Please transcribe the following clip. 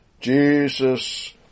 Jesus